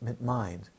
mind